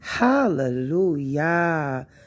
hallelujah